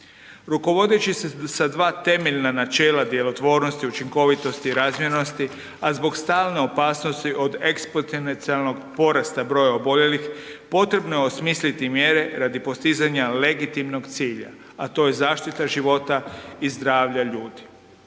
Rukovodeći se sa 2 temeljna načela djelotvornosti, učinkovitosti i razmjernosti, a zbog stalne opasnosti zbog eksponencijalnog broja oboljelih potrebno je osmisliti mjere radi postizanja legitimnog cilja, a to je zaštita života i zdravlja ljudi.